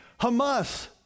Hamas